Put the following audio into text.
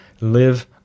live